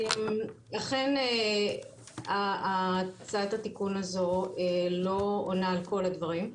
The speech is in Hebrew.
אכן, הצעת התיקון הזו לא עונה על כל הדברים,